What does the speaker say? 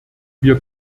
wir